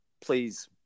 please